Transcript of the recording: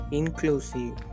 inclusive